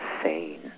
insane